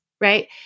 right